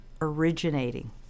originating